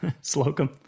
Slocum